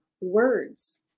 words